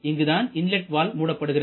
இங்குதான் inlet valve மூடப்படுகிறது